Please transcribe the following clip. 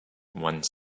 one